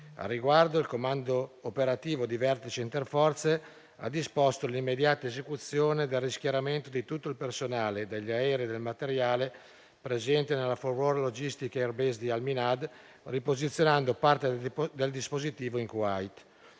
Al riguardo, il comando operativo di vertice interforze ha disposto l'immediata esecuzione del rischieramento di tutto il personale, degli aerei e del materiale presente nella Forward logistic air base di Al Minhad, riposizionando parte del dispositivo in Kuwait.